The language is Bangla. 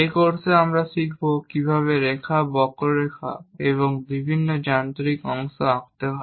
এই কোর্সে আমরা শিখব কিভাবে রেখা বক্ররেখা এবং বিভিন্ন যান্ত্রিক অংশ আঁকতে হয়